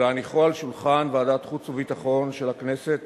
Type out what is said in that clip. ולהניחו על שולחן ועדת החוץ והביטחון של הכנסת